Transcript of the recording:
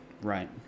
Right